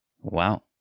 Wow